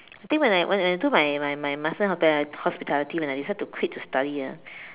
I think when I when I do my my my master in hotel hospitality when I decided to quit to study ah